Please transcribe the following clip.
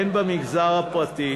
הן במגזר הפרטי